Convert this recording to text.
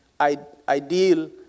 ideal